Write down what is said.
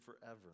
forever